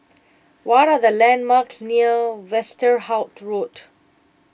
what are the landmarks near Westerhout Road